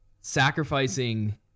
sacrificing